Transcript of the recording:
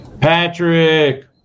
Patrick